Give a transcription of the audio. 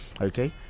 Okay